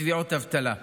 בתביעות אבטלה,